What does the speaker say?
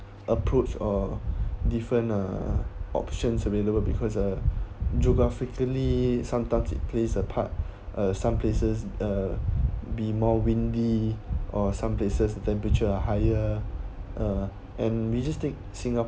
approach or different uh options available because a geographically sometimes it plays a part uh some places or be more windy or some places the temperature higher uh and majestic singer